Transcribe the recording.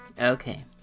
Okay